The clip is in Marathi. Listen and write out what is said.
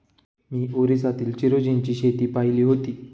मी ओरिसातील चिरोंजीची शेती पाहिली होती